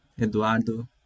Eduardo